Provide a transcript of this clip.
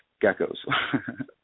geckos